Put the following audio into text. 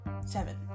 Seven